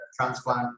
transplant